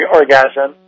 orgasm